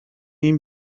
این